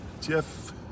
Jeff